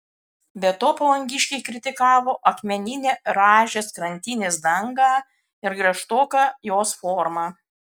be to palangiškiai kritikavo akmeninę rąžės krantinės dangą ir griežtoką jos formą